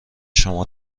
شما